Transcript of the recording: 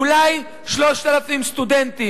אולי 3,000 סטודנטים.